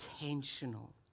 intentional